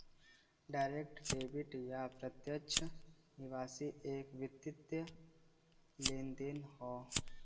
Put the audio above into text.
direct debit या प्रत्यक्ष निकासी एक वित्तीय लेनदेन हौ